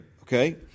Okay